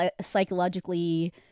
psychologically